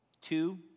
Two